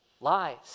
lies